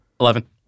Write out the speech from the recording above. eleven